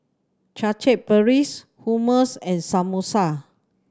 Chaat Papri Hummus and Samosa